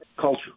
culture